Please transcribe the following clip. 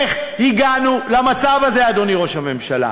איך הגענו למצב הזה, אדוני ראש הממשלה?